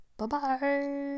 Bye-bye